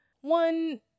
One